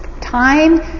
time